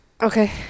Okay